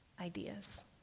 ideas